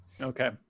Okay